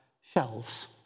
shelves